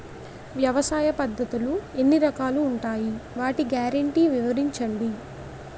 వ్యవసాయ పద్ధతులు ఎన్ని రకాలు ఉంటాయి? వాటి గ్యారంటీ వివరించండి?